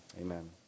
amen